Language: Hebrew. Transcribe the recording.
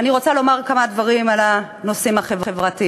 אני רוצה לומר כמה דברים על הנושאים החברתיים.